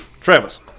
Travis